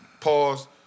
pause